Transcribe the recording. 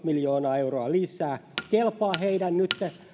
miljoonaa euroa lisää kelpaa heidän nytten